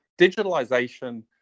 digitalization